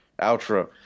Outro